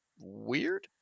weird